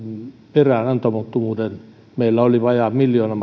pe räänantamattomuuden meillä oli vajaat miljoona